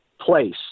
place